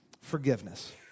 forgiveness